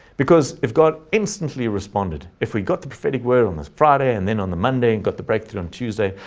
because if god instantly responded, if we got the prophetic word on this friday, and then on the monday and got the breakthrough on tuesday,